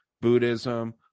Buddhism